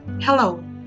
Hello